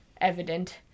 evident